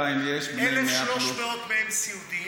2,200. 1,300 מהם סיעודיים,